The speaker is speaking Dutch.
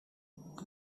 angst